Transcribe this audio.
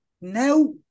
now